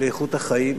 לאיכות החיים.